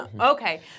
Okay